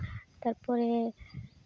ᱛᱟᱨ ᱯᱚᱨᱮ